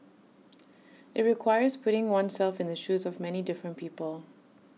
IT requires putting oneself in the shoes of many different people